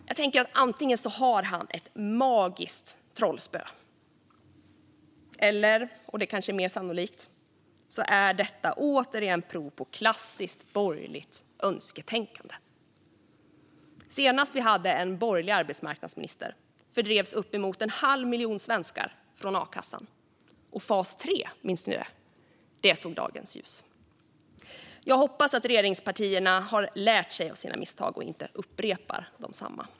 Jag tänker att han antingen har ett magiskt trollspö, eller också - och det är kanske mer sannolikt - är detta återigen ett prov på klassiskt borgerligt önsketänkande. Senast vi hade en borgerlig arbetsmarknadsminister fördrevs uppemot en halv miljon svenskar från a-kassan. Dessutom såg fas 3 dagens ljus - minns ni det? Jag hoppas att regeringspartierna har lärt sig av sina misstag och inte upprepar dem.